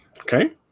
Okay